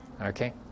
Okay